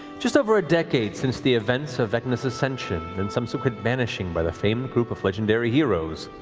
just over a decade since the events of vecna's ascension and subsequent banishing by the famed group of legendary heroes,